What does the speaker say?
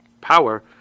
power